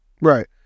Right